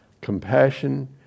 compassion